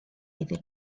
iddi